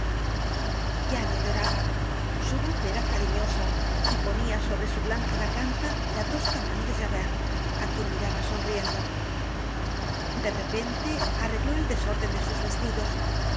ya no lloraba su voz era cariñosa y ponia sobre su blanca garganta la tosca mano de javert á quien miraba sonriendo de repente arregló el desórden de sus vestidos